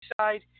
side